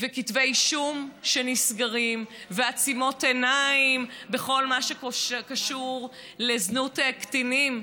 וכתבי אישום שנסגרים ועצימות עיניים בכל מה שקשור לזנות קטינים,